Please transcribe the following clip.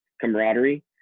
camaraderie